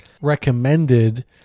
recommended